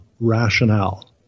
rationale